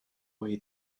ohi